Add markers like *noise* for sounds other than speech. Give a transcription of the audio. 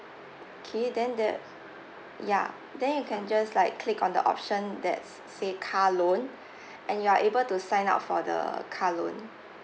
okay than there ya then you can just like click on the option that s~ say car loan *breath* and you are able to sign up for the car loan